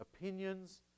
opinions